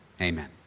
Amen